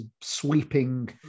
sweeping